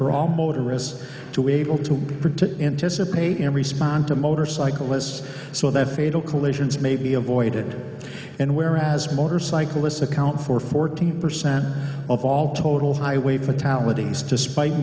for all motorists to be able to for to anticipate and respond to motorcyclists so that fatal collisions may be avoided and where as motorcyclists account for fourteen percent of all total highway fatalities despite